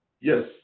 yes